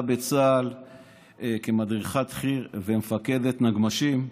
בצה"ל כמדריכת חי"ר ומפקדת נגמ"שים.